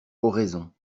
oraison